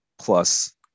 Plus